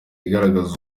igaragaza